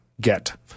get